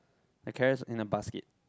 the carrots in a basket